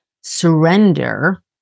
surrender